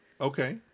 okay